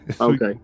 okay